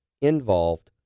involved